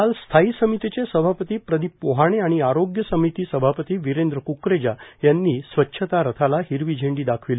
काल स्थायी समितीचे सभापती प्रदीप पोहाणे आणि आरोग्य समिती सभापती वीरेंद्र क्करेजा यांनी स्वच्छता रथाला हिरवी झेंडी दाखविली